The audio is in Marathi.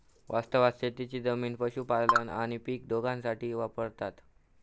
वास्तवात शेतीची जमीन पशुपालन आणि पीक दोघांसाठी वापरतत